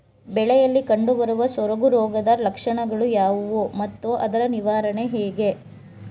ಬೆಳೆಯಲ್ಲಿ ಕಂಡುಬರುವ ಸೊರಗು ರೋಗದ ಲಕ್ಷಣಗಳು ಯಾವುವು ಮತ್ತು ಅದರ ನಿವಾರಣೆ ಹೇಗೆ?